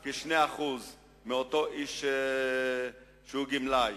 ייגרעו כ-2% ממי שהוא גמלאי,